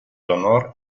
honor